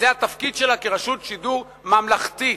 זה התפקיד שלה כרשות שידור ממלכתית.